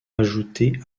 ajoutées